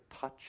touch